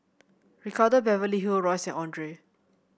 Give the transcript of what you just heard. Ricardo Beverly Hill Royce Andre